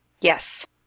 Yes